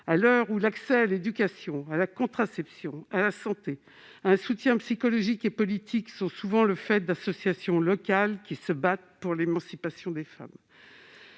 à l'heure où l'accès à l'éducation, à la contraception, à la santé et à un soutien psychologique et politique est souvent le fait d'associations locales qui se battent pour l'émancipation des femmes.